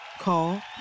Call